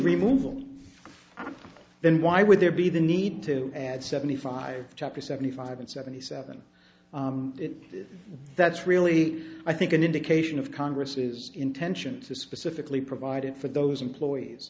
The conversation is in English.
remove all then why would there be the need to add seventy five chapters seventy five and seventy seven that's really i think an indication of congress's intention to specifically provided for those employees